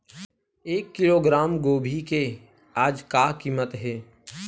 एक किलोग्राम गोभी के आज का कीमत हे?